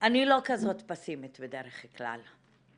אני לא כזאת פסימית בדרך כלל,